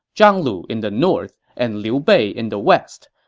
zhang lu in the north, and liu bei in the west.